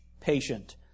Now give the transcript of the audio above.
patient